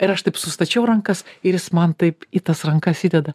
ir aš taip sustačiau rankas ir jis man taip į tas rankas įdeda